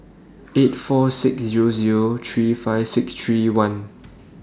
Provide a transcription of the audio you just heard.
eight four six Zero Zero three five six three one